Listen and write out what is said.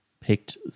picked